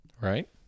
right